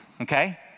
okay